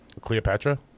Cleopatra